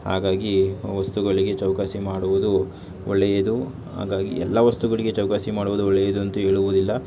ಹಾಗಾಗಿ ವಸ್ತುಗಳಿಗೆ ಚೌಕಾಸಿ ಮಾಡುವುದು ಒಳ್ಳೆಯದು ಹಾಗಾಗಿ ಎಲ್ಲ ವಸ್ತುಗಳಿಗೆ ಚೌಕಾಸಿ ಮಾಡುವುದು ಒಳ್ಳೆಯದು ಅಂತ ಹೇಳುವುದಿಲ್ಲ